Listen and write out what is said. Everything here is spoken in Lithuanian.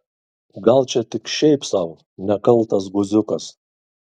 gal čia tik šiaip sau nekaltas guziukas